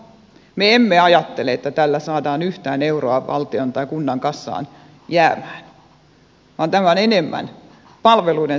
me emme ajattele että tällä saadaan yhtään euroa valtion tai kunnan kassaan jäämään vaan tämä on enemmän palveluiden säästöohjelma